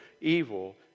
evil